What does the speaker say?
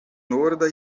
norda